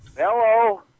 Hello